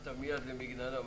נכנסת מייד למגננה.